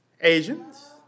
Asians